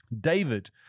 David